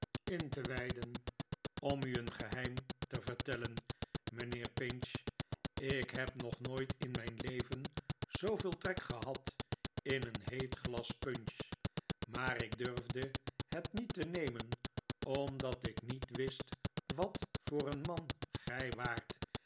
in te wijden om u een geheim te vertelien mijnheer pinch ik heb nog nooit in mijn leven zooveel trek gehad in een heet glas punch maar ik durfde het niet te nemen omdat ik niet wist wat voor een man gij waart